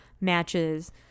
matches